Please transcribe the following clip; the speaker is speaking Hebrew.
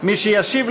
אם כן,